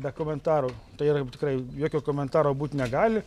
be komentarų tai yra tikrai jokio komentaro būti negali